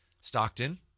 Stockton